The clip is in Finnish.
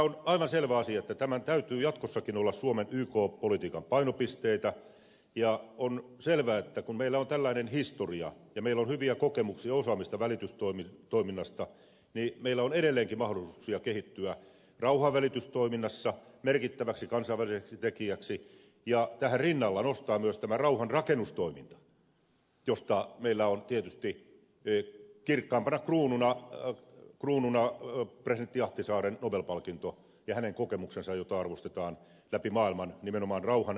on aivan selvä asia että tämän täytyy jatkossakin olla suomen yk politiikan painopisteitä ja on selvää kun meillä on tällainen historia ja meillä on hyviä kokemuksia ja osaamista välitystoiminnasta että meillä on edelleenkin mahdollisuuksia kehittyä rauhanvälitystoiminnassa merkittäväksi kansainväliseksi tekijäksi ja tähän rinnalle nostaa myös tämä rauhanrakennustoiminta josta meillä on tietysti kirkkaimpana kruununa presidentti ahtisaaren nobel palkinto ja hänen kokemuksensa jota arvostetaan läpi maailman nimenomaan rauhanrakennustyössä